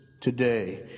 today